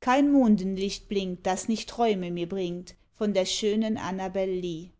kein mondenlicht blinkt das nicht träume mir bringt von der schönen annabel lee